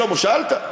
שאלת,